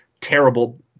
terrible